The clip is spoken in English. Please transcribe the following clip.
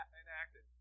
enacted